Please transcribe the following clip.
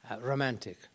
romantic